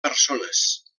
persones